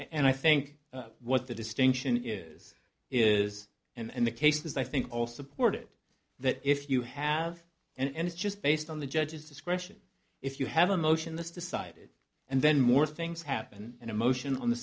and i think what the distinction is is and the cases i think all support it that if you have and it's just based on the judge's discretion if you have a motion this decided and then more things happen in a motion on the